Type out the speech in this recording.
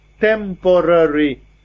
temporary